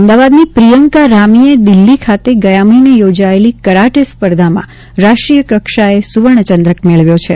અમદાવાદની પ્રિયંકા રામીએ દિલ્હી ખાતે ગયા મહિને યોજાયેલી કરાટે સ્પર્ધામાં રાષ્ટ્રીય કક્ષાએ સુવર્ણ ચંદ્રક મેળવ્યો છે